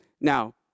Now